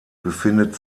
befindet